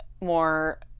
more